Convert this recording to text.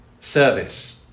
Service